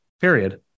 period